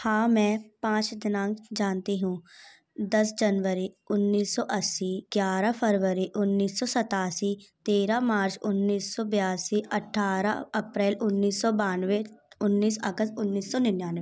हाँ मैं पाँच दिनांक जानती हूँ दस जनवरी उन्नीस सौ अस्सी ग्यारह फरवरी उन्नीस सौ सत्तासी तेरह मार्च उन्नीस सौ बयासी अट्ठारा अप्रैल उन्नीस सौ बानवे उन्नीस अगस्त उन्नीस सौ निन्यानवे